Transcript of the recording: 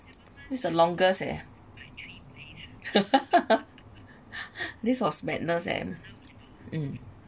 this the longest eh this was madness eh mm